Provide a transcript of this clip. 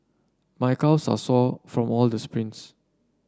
my calves are sore from all the sprints